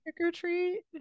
trick-or-treat